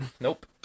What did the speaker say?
Nope